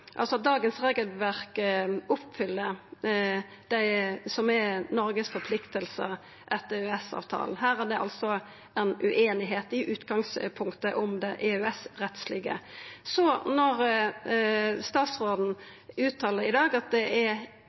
Noregs forpliktingar etter EØS-avtala. Her er det altså ei ueinigheit i utgangspunktet om det EØS-rettslege. Så uttalar statsråden i dag at det ikkje er